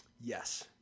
Yes